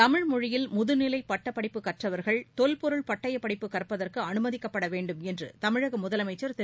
தமிழ் மொழியில் முதநிலை பட்டப்படிப்பு கற்றவர்கள் தொல்பொருள் பட்டயப்படிப்பு கற்பதற்கு அனுமதிக்கப்பட வேண்டும் என்று தமிழக முதலமைச்சர் திரு